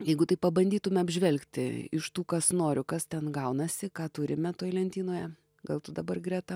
jeigu tai pabandytume apžvelgti iš tų kas noriu kas ten gaunasi ką turime toj lentynoje gal tu dabar greta